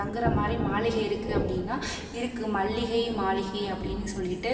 தங்குகிற மாதிரி மாளிகை இருக்கு அப்படின்னா இருக்கு மல்லிகை மாளிகை அப்படின்னு சொல்லிவிட்டு